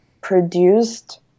produced